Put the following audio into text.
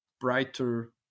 brighter